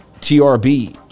TRB